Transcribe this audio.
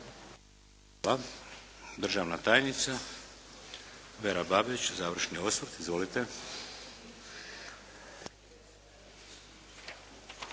Hvala. Državna tajnica Vera Babić, završni osvrt. Izvolite.